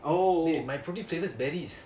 my protein flavour is berries